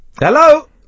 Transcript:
Hello